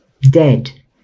dead